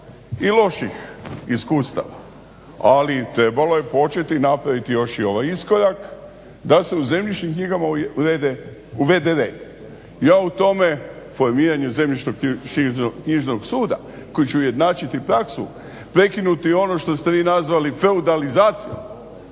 i loših iskustava ali trebalo je početi napraviti i još ovaj iskorak da se u zemljišnim knjigama uvede red. Ja u tome formiranje zemljišnoknjižnog suda koji će ujednačiti praksu prekinuti ono što ste vi nazvali feudalizacija,